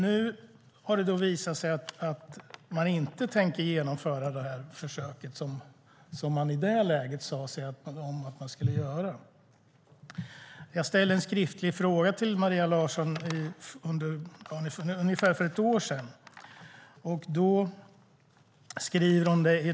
Nu har det visat sig att man inte tänker genomföra det här försöket, vilket man i det läget sade att man skulle göra. Jag ställde en skriftlig fråga till Maria Larsson om detta för ungefär ett år sedan.